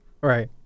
Right